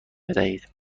بدهید